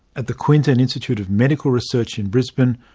at the queensland institute of medical research in brisbane,